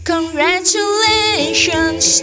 Congratulations